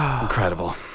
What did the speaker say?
Incredible